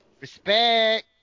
Respect